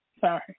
Sorry